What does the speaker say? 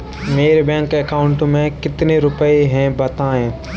मेरे bank account में कितने रुपए हैं बताएँ?